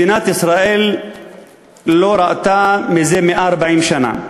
מדינת ישראל לא ראתה מזה 140 שנה.